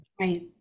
Right